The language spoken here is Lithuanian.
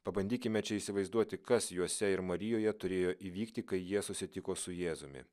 pabandykime čia įsivaizduoti kas juose ir marijoje turėjo įvykti kai jie susitiko su jėzumi